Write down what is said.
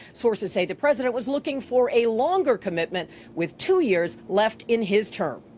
sources say the president was looking for a longer commitment with two years left in his term.